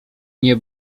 nie